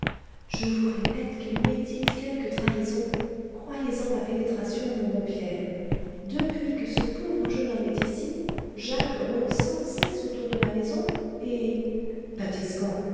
je vous répète qu'il médite quelque trahison croyez-en ma pénétration mon bon pierre depuis que ce pauvre jeune homme est ici jacques rôde sans cesse autour de la maison et